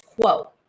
quo